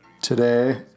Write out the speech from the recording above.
today